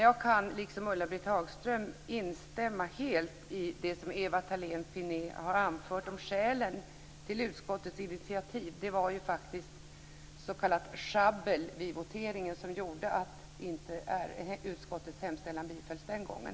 Jag kan, liksom Ulla-Britt Hagström, instämma helt i det Ewa Thalén Finné har anfört om skälen till utskottets initiativ. Det var faktiskt s.k. schabbel vid voteringen som gjorde att utskottets hemställan inte bifölls den gången.